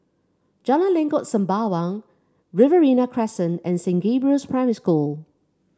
Jalan Lengkok Sembawang Riverina Crescent and Saint Gabriel's Primary School